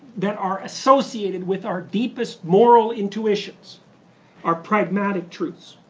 that are associated with our deepest moral intuitions are pragmatic truths,